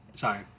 Sorry